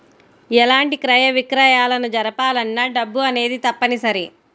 ఎలాంటి క్రయ విక్రయాలను జరపాలన్నా డబ్బు అనేది తప్పనిసరి